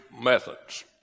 methods